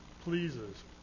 pleases